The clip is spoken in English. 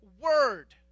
word